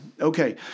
Okay